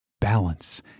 Balance